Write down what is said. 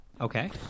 Okay